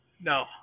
no